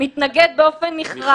מתנגד באופן נחרץ לעניין הזה.